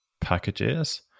packages